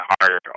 harder